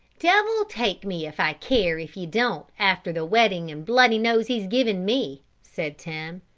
devil take me if i care if ye don't after the wetting and bloody nose he's given me, said tim.